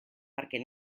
perquè